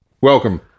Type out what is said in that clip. Welcome